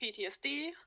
PTSD